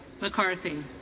McCarthy